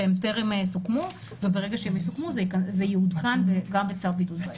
שהם טרם סוכמו וברגע שהם יסוכמו זה יעודכן כבר בצו בידוד בית.